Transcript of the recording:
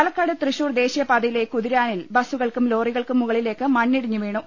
പാലക്കാട് തൃശൂർ ദേശീയപാതയിലെ കുതിരാനിൽ ബസ്സുകൾക്കും ലോറികൾക്കും മുകളിലേക്ക് മണ്ണിടിഞ്ഞ് വീണു